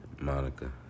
Monica